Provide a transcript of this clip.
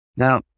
Now